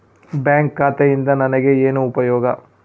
Bank ಖಾತೆಯಿಂದ ನನಗೆ ಏನು ಉಪಯೋಗ?